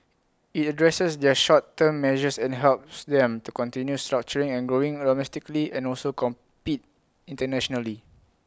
IT addresses their short term measures and helps them to continue structuring and growing domestically and also compete internationally